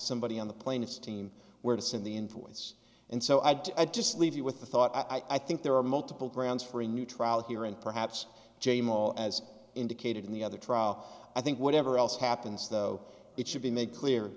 somebody on the plaintiff's team where to send the influence and so i'd just leave you with the thought i think there are multiple grounds for a new trial here and perhaps j mall as indicated in the other trial i think whatever else happens though it should be made clear